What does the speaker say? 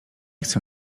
chcę